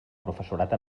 professorat